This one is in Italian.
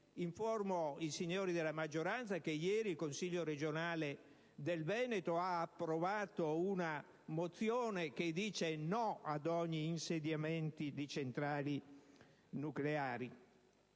Informo i signori della maggioranza che ieri il Consiglio regionale del Veneto ha approvato una mozione che dice no ad ogni insediamento di centrali nucleari.